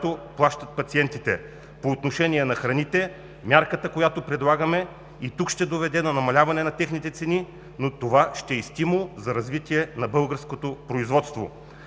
която плащат пациентите. По отношение на храните мярката, която предлагаме, ще доведе до намаляване на техните цени, но това ще е и стимул за развитие на българското производство.